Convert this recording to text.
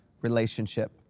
relationship